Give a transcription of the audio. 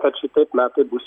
kad šitaip metai bus